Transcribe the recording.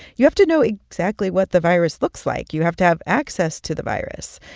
you have to know exactly what the virus looks like. you have to have access to the virus.